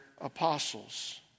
apostles